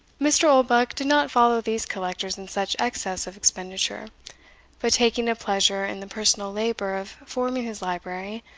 mr. oldbuck did not follow these collectors in such excess of expenditure but, taking a pleasure in the personal labour of forming his library,